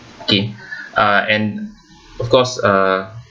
okay uh and of course uh